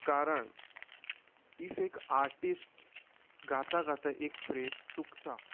कारण इफ एक आर्टिस्ट गाता गाता एक फ्रेज चुकता